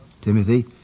Timothy